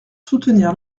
soutenir